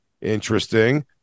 interesting